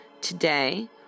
today